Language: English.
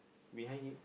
behind him